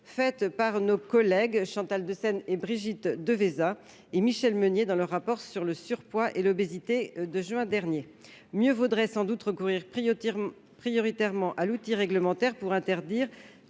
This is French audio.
par nos collègues Chantal Deseyne, Brigitte Devésa et Michelle Meunier dans leur rapport d'information du mois de juin dernier. Mieux vaudrait sans doute recourir prioritairement à l'outil réglementaire pour interdire